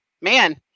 man